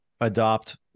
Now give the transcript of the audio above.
adopt